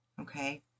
okay